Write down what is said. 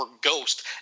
ghost